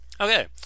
Okay